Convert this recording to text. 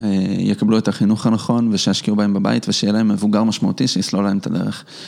יקבלו את החינוך הנכון, ושישקיעו בהם בבית, ושיהיה להם מבוגר משמעותי שיסלול להם את הדרך.